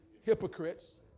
hypocrites